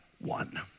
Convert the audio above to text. one